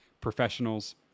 professionals